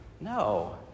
No